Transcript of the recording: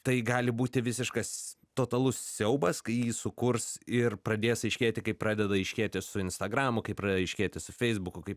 tai gali būti visiškas totalus siaubas kai jį sukurs ir pradės aiškėti kai pradeda aiškėti su instagramu kai pradeda aiškėti su feisbuku kai